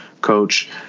coach